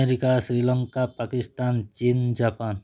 America Sri Lanka Pakistan ଚୀନ୍ Japan